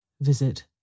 Visit